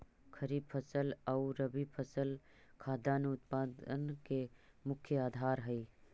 खरीफ फसल आउ रबी फसल खाद्यान्न उत्पादन के मुख्य आधार हइ